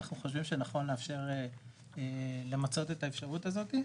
אנחנו חושבים שנכון למצות את האפשרות הזאת.